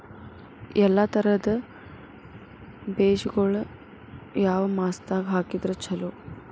ಎಲ್ಲಾ ತರದ ಬೇಜಗೊಳು ಯಾವ ಮಾಸದಾಗ್ ಹಾಕಿದ್ರ ಛಲೋ?